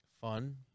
Fun